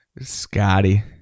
Scotty